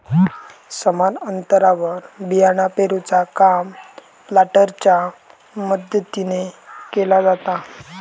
समान अंतरावर बियाणा पेरूचा काम प्लांटरच्या मदतीने केला जाता